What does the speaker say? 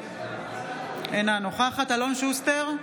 אינה נוכחת אלון שוסטר,